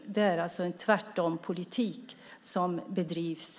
Det är en tvärtompolitik som bedrivs.